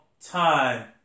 Time